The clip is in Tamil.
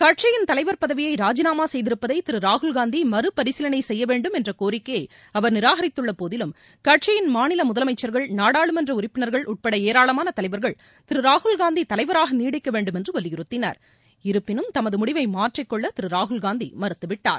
கட்சியின் தலைவர் பதவியை ராஜினாமா செய்திருப்பதை திரு ராகுல்காந்தி மறு பரிசீலனை செய்ய வேண்டும் என்ற கோரிக்கையை அவர் நிராகரித்துள்ளபோதும் கட்சியின் மாநில ம்முதலமைச்சர்கள் நாடாளுமன்ற உறுப்பினர்கள் உட்பட ஏராளமான தலைவர்கள் திரு ராகுல் காந்தி தலைவராக நீடிக்க வேண்டும் என்று வலியுறுத்தினர் இருப்பினும் தமது முடிவை மாற்றிக்கொள்ள திரு ராகுல்காந்தி மறுத்துவிட்டார்